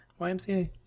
YMCA